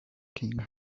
king